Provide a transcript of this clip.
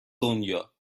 دنیا